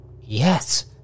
yes